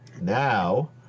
now